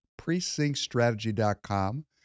PrecinctStrategy.com